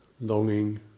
longing